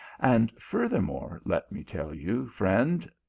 and furthermore let me tell you, friend,